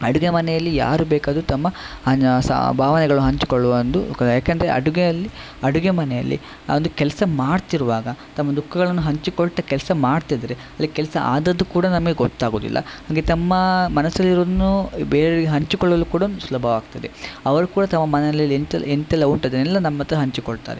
ಅಡುಗೆ ಮನೆಯಲ್ಲಿ ಯಾರು ಬೇಕಾದರೂ ತಮ್ಮ ಸಹ ಭಾವನೆಗಳು ಹಂಚಿಕೊಳ್ಳುವ ಒಂದು ಕ ಏಕೆಂದ್ರೆ ಅಡುಗೆಯಲ್ಲಿ ಅಡುಗೆ ಮನೆಯಲ್ಲಿ ಆ ಒಂದು ಕೆಲಸ ಮಾಡ್ತಿರುವಾಗ ತಮ್ಮ ದುಃಖಗಳನ್ನು ಹಂಚಿಕೊಳ್ತಾ ಕೆಲಸ ಮಾಡ್ತಿದ್ದರೆ ಅಲ್ಲಿ ಕೆಲಸ ಆದದ್ದು ಕೂಡ ನಮಗೆ ಗೊತ್ತಾಗುವುದಿಲ್ಲ ಹಾಗೆ ತಮ್ಮ ಮನಸಲ್ಲಿ ಇರುವುದನ್ನೂ ಬೇರೆಯವರಿಗೆ ಹಂಚಿಕೊಳ್ಳಲು ಕೂಡ ಒಂದು ಸುಲಭವಾಗ್ತದೆ ಅವರು ಕೂಡ ತಮ್ಮ ಮನೆಯಲ್ಲಿ ಎಂತೆಲ್ಲ ಎಂತೆಲ್ಲ ಉಂಟು ಅದನ್ನೆಲ್ಲ ನಮ್ಮ ಹತ್ರ ಹಂಚಿಕೊಳ್ತಾರೆ